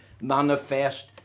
manifest